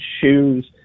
shoes